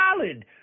solid